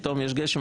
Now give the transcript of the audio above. פתאום יש גשם,